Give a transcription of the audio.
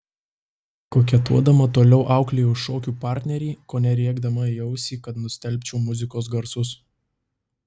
koketuodama toliau auklėjau šokių partnerį kone rėkdama į ausį kad nustelbčiau muzikos garsus